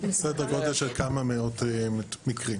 סדר גודל של כמה מאות מקרים.